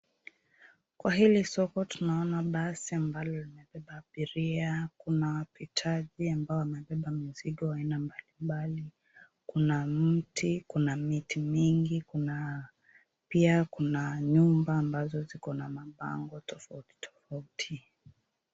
Kwa hili soko tunaona basi ambalo limebeba abiria kuna wapitaji ambao wamebeba mzigo aina mbali mbali. Kuna mti, kuna miti mingi kuna pia kuna nyumba ambazo ziko na mabango tofauti tofauti.